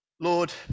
Lord